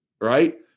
right